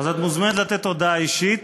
אז את מוזמנת לתת הודעה אישית